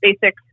basic